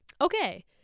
Okay